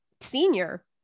senior